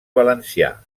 valencià